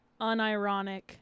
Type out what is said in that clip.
unironic